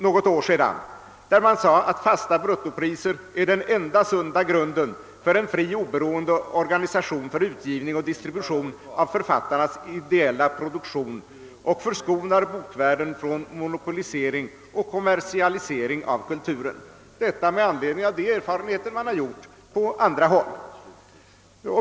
Det framhölls där att fasta bruttopriser är den enda sunda grunden för en fri och oberoende organisation för utgivning och distribution av författarnas ideella produktion och att de förskonar bokvärlden från monopolisering och kommersialisering av kulturen. Detta uttalande gjordes på grundval av erfarenheter man hade från andra håll.